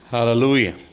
Hallelujah